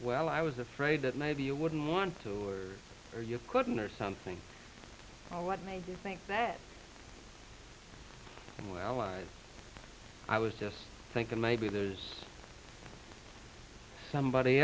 well i was afraid that maybe you wouldn't want to or you couldn't or something or what made you think that well i was just thinking maybe there's somebody